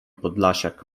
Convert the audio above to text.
podlasiak